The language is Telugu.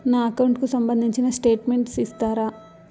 నా అకౌంట్ కు సంబంధించిన స్టేట్మెంట్స్ ఇస్తారా